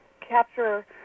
capture –